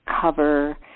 cover